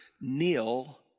kneel